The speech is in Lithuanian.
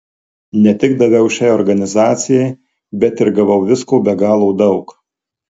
ne tik daviau šiai organizacijai bet ir gavau visko be galo daug